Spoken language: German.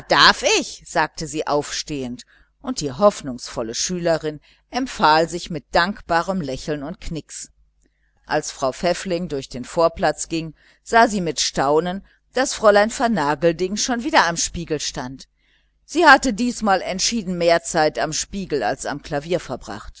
darf ich sagte sie aufstehend und die hoffnungsvolle schülerin empfahl sich mit dankbarem lächeln und knix als frau pfäffling durch den vorplatz ging sah sie mit staunen daß fräulein vernagelding schon wieder am spiegel stand sie hatte diesmal entschieden mehr zeit am spiegel als am klavier